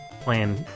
Playing